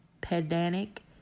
pedantic